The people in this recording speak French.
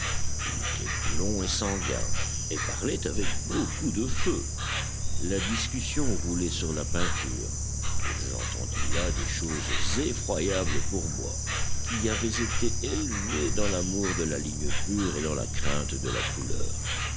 il était blond et sanguin et parlait avec beaucoup de feu la discussion roulait sur la peinture j'entendis là des choses effroyables pour moi qui avais été élevé dans l'amour de la ligne pure et dans la crainte de la couleur